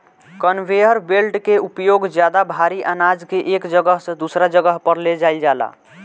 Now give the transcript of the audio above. conveyor belt के उपयोग ज्यादा भारी आनाज के एक जगह से दूसरा जगह पर ले जाईल जाला